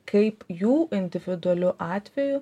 kaip jų individualiu atveju